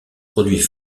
produits